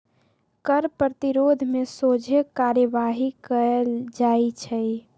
कर प्रतिरोध में सोझे कार्यवाही कएल जाइ छइ